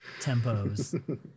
tempos